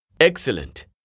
Excellent